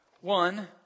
One